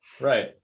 Right